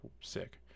sick